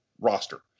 roster